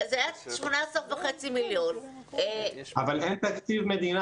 זה היה 18,500,000 -- אבל אין תקציב מדינה.